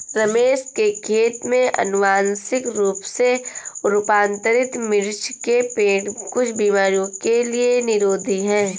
रमेश के खेत में अनुवांशिक रूप से रूपांतरित मिर्च के पेड़ कुछ बीमारियों के लिए निरोधी हैं